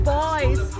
boys